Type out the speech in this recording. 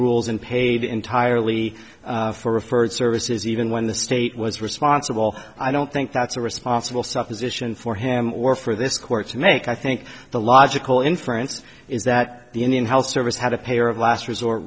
rules and paid entirely for referred services even when the state was responsible i don't think that's a responsible supposition for him or for this court to make i think the logical inference is that the indian health service had a payer of last resort